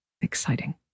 exciting